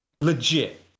legit